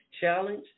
challenge